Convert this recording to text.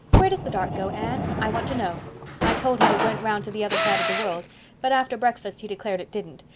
where does the dark go, anne? i want to know i told him it went around to the other side of the world but after breakfast he declared it didn't.